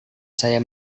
saya